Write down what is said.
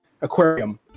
aquarium